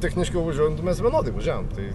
techniškiau važiuojant mes važiavom tai